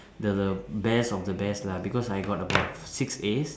the the best of the best lah because I got about six As